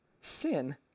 sin